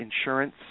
insurance